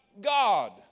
God